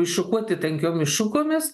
iššukuoti tankiomis šukomis